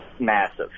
Massive